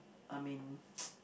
I mean